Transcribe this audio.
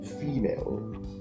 female